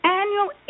annual